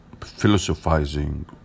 philosophizing